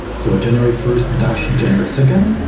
so january first january second,